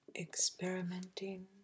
experimenting